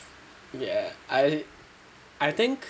ya I I think